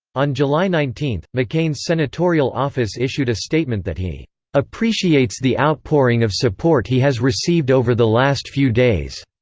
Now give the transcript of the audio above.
on july nineteen, mccain's senatorial office issued a statement that he appreciates the outpouring of support he has received over the last few days.